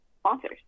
sponsors